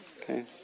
okay